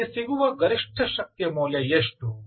ನಮಗೆ ಸಿಗುವ ಗರಿಷ್ಠ ಶಕ್ತಿಯ ಮೌಲ್ಯ ಎಷ್ಟು